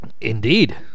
Indeed